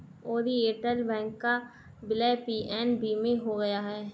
Oriental bank का विलय PNB में हो गया है